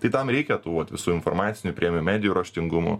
tai tam reikia tų vat visų informacinių priemonių medijų raštingumo